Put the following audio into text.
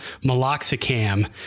Meloxicam